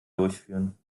durchführen